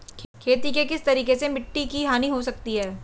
खेती के किस तरीके से मिट्टी की हानि हो सकती है?